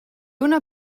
una